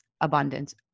abundance